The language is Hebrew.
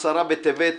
י' בטבת,